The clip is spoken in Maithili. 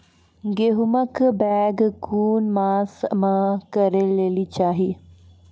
गेहूँमक बौग कून मांस मअ करै लेली चाही?